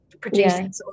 producing